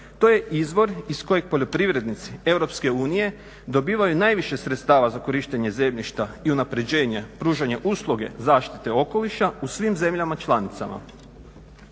To je izvor iz kojeg poljoprivrednici Europske unije dobivaju najviše sredstva za korištenje zemljišta i unapređenje, pružanje usluge zaštite okoliša u svim zemljama članicama.